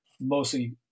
mostly